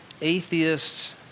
atheists